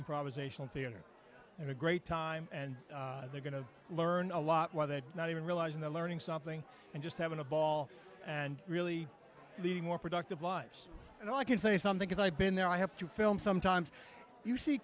improvisational theater and a great time and they're going to learn a lot while they're not even realizing the learning something and just having a ball and really the more productive lives and i can say something that i've been there i have to film sometimes you see